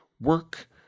work